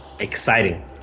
exciting